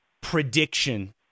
prediction